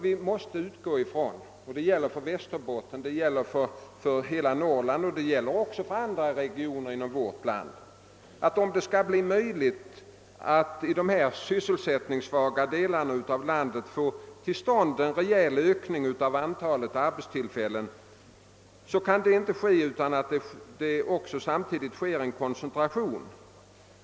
Vi måste utgå från — och det gäller hela Norrland och även andra regioner inom vårt land — att om det skall bli möjligt att i dessa sysselsättningssvaga delar av landet få till stånd en rejäl ökning av antalet arbetstillfällen kan det inte ske utan en samtidig koncentration.